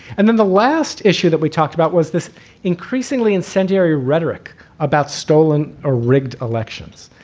and then the last issue that we talked about was this increasingly incendiary rhetoric about stolen or rigged elections.